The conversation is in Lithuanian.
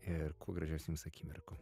ir kuo gražesnių jums akimirkų